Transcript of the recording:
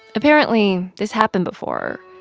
apparently, this happened before.